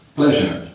pleasure